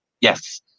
Yes